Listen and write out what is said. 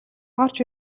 орж